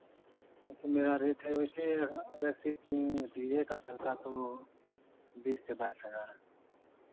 हाँ तो मेरा रेट है वैसे अगर सिर्फ़ डी जे का छलता तो बीस से बाईस हज़ार